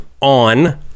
on